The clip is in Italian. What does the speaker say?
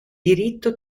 diritto